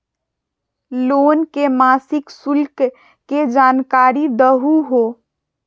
Loan के मासिक शुल्क के जानकारी दहु हो?